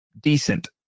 decent